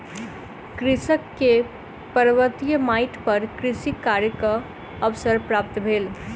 कृषक के पर्वतीय माइट पर कृषि कार्यक अवसर प्राप्त भेल